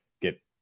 get